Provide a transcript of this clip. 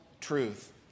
truth